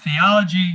theology